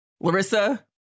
larissa